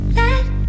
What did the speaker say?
let